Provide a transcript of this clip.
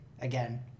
again